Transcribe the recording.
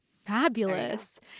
fabulous